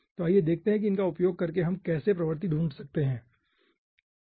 तो आइए देखते हैं कि इनका उपयोग करके हम कैसे प्रवृत्ति ढूंढ सकते है